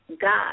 God